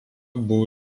buvo